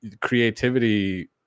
creativity